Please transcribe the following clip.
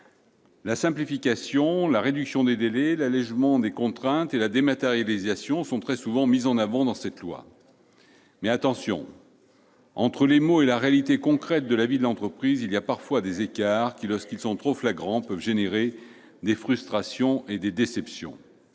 La simplification, la réduction des délais, l'allégement des contraintes et la dématérialisation y sont très souvent mis en avant. Attention, toutefois : entre les mots et la réalité concrète de la vie de l'entreprise, il y a parfois des écarts qui, lorsqu'ils sont trop flagrants, peuvent provoquer des frustrations et des déceptions.